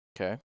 Okay